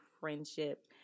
friendship